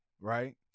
right